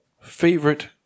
favorite